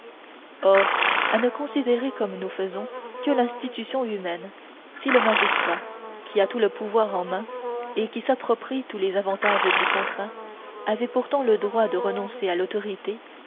or à ne considérer comme nous faisons que l'institution humaine si le magistrat qui a tout le pouvoir en main et qui s'approprie tous les avantages du contrat avait pourtant le droit de renoncer à l'autorité